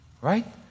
Right